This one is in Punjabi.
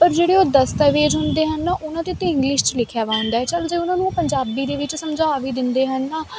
ਪਰ ਜਿਹੜੇ ਉਹ ਦਸਤਾਵੇਜ਼ ਹੁੰਦੇ ਹਨ ਉਹਨਾਂ ਦੇ ਉੱਤੇ ਇੰਗਲਿਸ਼ 'ਚ ਲਿਖਿਆ ਵਾ ਹੁੰਦਾ ਚੱਲ ਜੇ ਉਹਨਾਂ ਨੂੰ ਪੰਜਾਬੀ ਦੇ ਵਿੱਚ ਸਮਝਾ ਵੀ ਦਿੰਦੇ ਹਨ